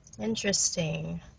Interesting